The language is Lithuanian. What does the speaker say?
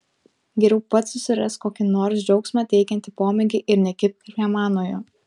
geriau pats susirask kokį nors džiaugsmą teikiantį pomėgį ir nekibk prie manojo